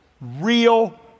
real